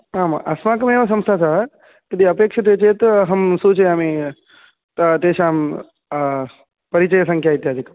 आम् अस्माकमेव संस्था सा यदि अपेक्षते चेत् अहं सूचयामि तेषां परिचयसङ्ख्या इत्यादिकं